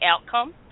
outcome